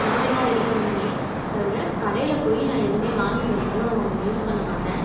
நானே தான் ரெடி பண்ணுவனே தவிர கடையில் போய் நான் எதுவுமே வாங்கிட்டு வந்தும் யூஸ் பண்ணமாட்டேன்